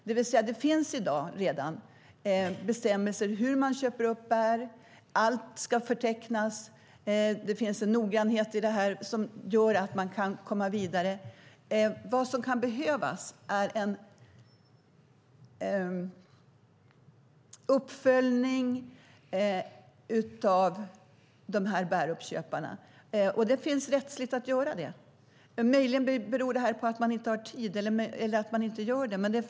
Det finns alltså i dag redan bestämmelser för hur man köper upp bär. Allt ska förtecknas. Det finns en noggrannhet i det här som gör att man kan komma vidare. Vad som kan behövas är en uppföljning av de här bäruppköparna. Och det finns en rättslig möjlighet att göra det. Möjligen beror det här på att man inte har tid, att man inte gör det.